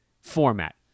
format